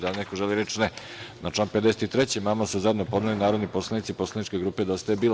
Da li neko želi reč? (Ne) Na član 53. amandman su zajedno podneli narodni poslanici poslaničke grupe Dosta je bilo.